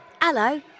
hello